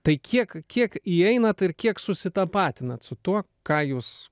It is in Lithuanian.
tai kiek kiek įeinat ir kiek susitapatinat su tuo ką jūs